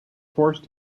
forced